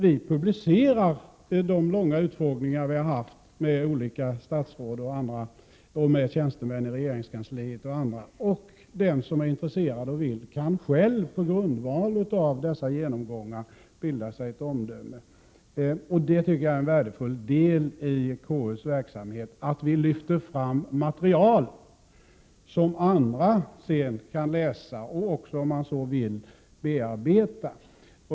Vi publicerar de långa utfrågningar vi har gjort med olika statsråd, tjänstemän i regeringskansliet och andra. Den som är intresserad och så önskar kan själv på grundval av dessa genomgångar bilda sig ett omdöme. Jag tycker att det är en värdefull del i KU:s verksamhet att vi lyfter fram material som andra sedan kan läsa och även, om man så vill, bearbeta.